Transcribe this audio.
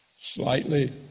Slightly